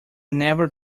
never